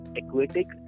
aquatic